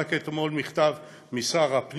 רק אתמול מכתב משר הפנים,